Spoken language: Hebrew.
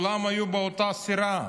כולם היו באותה סירה,